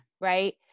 Right